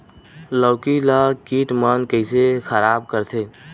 लौकी ला कीट मन कइसे खराब करथे?